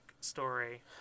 story